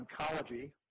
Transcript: oncology